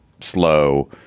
slow